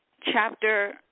Chapter